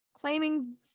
claiming